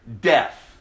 Death